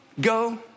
Go